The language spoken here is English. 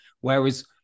Whereas